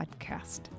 podcast